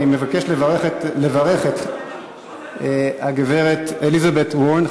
אני מבקש לברך את הגברת אליזבט וורן,